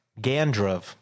Gandrov